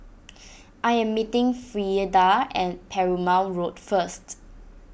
I am meeting Frieda at Perumal Road first